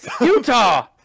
Utah